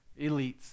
elites